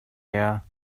air